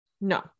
No